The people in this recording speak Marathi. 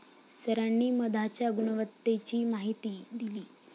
सरांनी मधाच्या गुणवत्तेची माहिती दिली